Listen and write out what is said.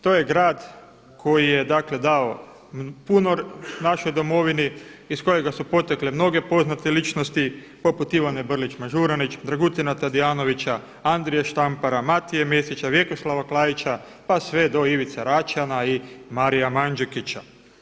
To je grad koji je dakle dao puno našoj Domovini, iz kojega su potekle mnoge poznate ličnosti, poput Ivane Brlić-Mažuranić, Dragutina Tadijanovića, Andrije Štampara, Matije Mesića, Vjekoslava Klaića pa sve do Ivice Račana i Marija Mandžukića.